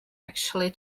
actually